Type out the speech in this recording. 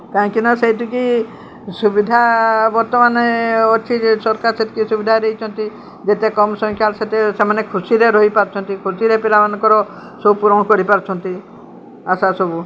କାହିଁକିନା ସେଇଠିକି ସୁବିଧା ବର୍ତ୍ତମାନେ ଅଛି ଯେ ସରକାର ସେତିକି ସୁବିଧା ଦେଇଛନ୍ତି ଯେତେ କମ୍ ସଂଖ୍ୟା ସେତେ ସେମାନେ ଖୁସିରେ ରହିପାରୁଛନ୍ତି ଖୁସିରେ ପିଲାମାନଙ୍କର ସବୁ ପୂରଣ କରିପାରୁଛନ୍ତି ଆଶା ସବୁ